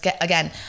again